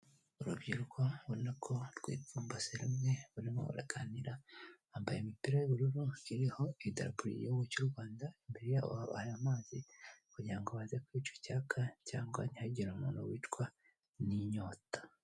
Urubyiruko ubona ko rwipfumbase rimwe, barimo baraganira bambaye imipira y'ubururu iriho idarapo ry'igihugu cy'u Rwanda, imbere yabo hari amazi kugira ngo baze kwica icyaka, cyangwa ntihagire umuntu wicwa n'inyota.